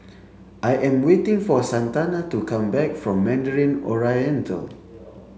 I am waiting for Santana to come back from Mandarin Oriental